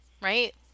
right